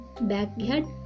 backyard